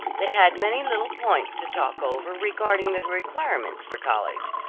they had many little points to talk over regarding the requirements for college,